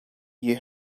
you